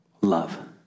love